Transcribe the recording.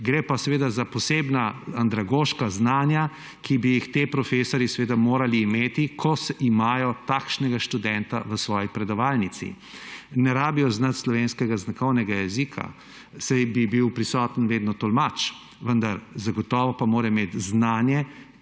Gre pa seveda za posebna andragoška znanja, ki bi jih ti profesorji morali imeti, ko imajo takšnega študenta v svoji predavalnici. Ne rabijo znati slovenskega znakovnega jezika, saj bi bil prisoten vedno tolmač, vendar zagotovo pa mora imeti znanje,